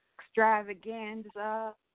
extravaganza